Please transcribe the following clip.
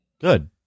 Good